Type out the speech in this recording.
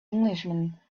englishman